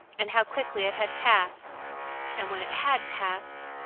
and how quickly it had passed and, when it had passed,